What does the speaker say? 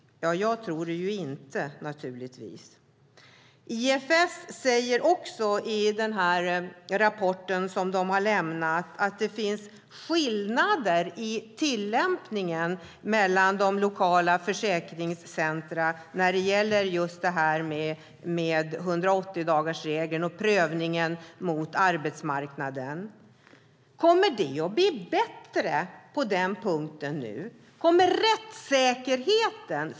Jag tror det naturligtvis inte. IFS säger också i rapporten att det finns skillnader i tillämpningen mellan de lokala försäkringscentrumen i fråga om 180-dagarsregeln och prövningen mot arbetsmarknaden. Kommer det att bli bättre på den punkten nu?